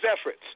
efforts